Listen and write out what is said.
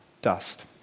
Dust